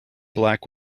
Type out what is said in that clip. black